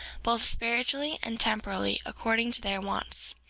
both spiritually and temporally, according to their wants.